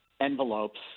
envelopes